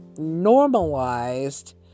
normalized